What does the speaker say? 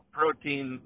protein